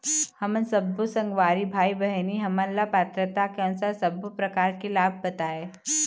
हमन सब्बो संगवारी भाई बहिनी हमन ला पात्रता के अनुसार सब्बो प्रकार के लाभ बताए?